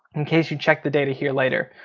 in case you check the data here later.